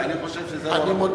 ואני חושב שזה לא ראוי.